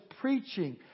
preaching